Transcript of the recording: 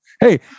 hey